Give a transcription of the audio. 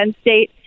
State